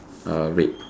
uh red